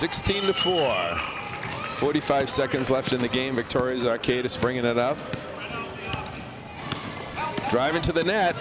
sixteen the fool forty five seconds left in the game victorious arcade bringing it up drive into the net